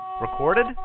Recorded